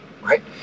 right